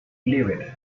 leavitt